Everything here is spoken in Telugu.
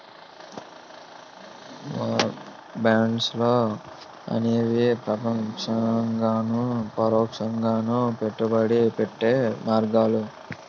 వార్ బాండ్స్ అనేవి ప్రత్యక్షంగాను పరోక్షంగాను పెట్టుబడి పెట్టే మార్గాలు